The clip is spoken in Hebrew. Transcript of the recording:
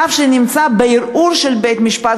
צו שנמצא בערעור של בית-המשפט,